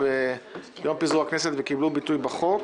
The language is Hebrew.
ביום פיזור הכנסת וקיבלו ביטוי בחוק